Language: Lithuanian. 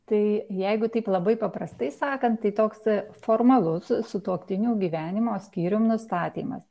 tai jeigu taip labai paprastai sakant tai toks formalus sutuoktinių gyvenimo skyrium nustatymas